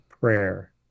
prayer